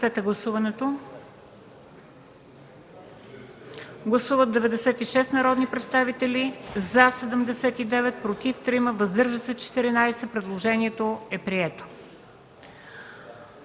Предложението е прието.